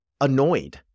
annoyed